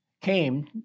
came